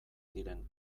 diren